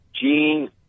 Gene